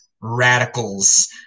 radicals